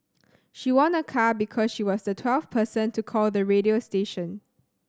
she won a car because she was the twelfth person to call the radio station